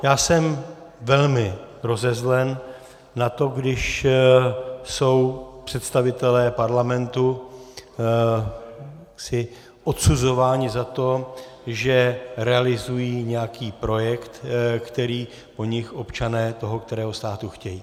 Já jsem velmi rozezlen na to, když jsou představitelé parlamentu odsuzováni za to, že realizují nějaký projekt, který po nich občané toho kterého státu chtějí.